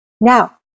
Now